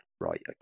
right